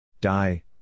Die